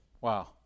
Wow